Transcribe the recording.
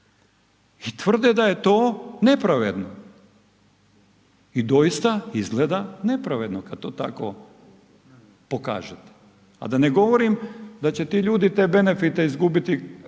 i tvrde da je to nepravedno i doista izgleda nepravedno kad to tako pokažete. A da ne govorim da će ti ljudi te benefite izgubiti